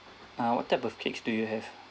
ah what type of cakes do you have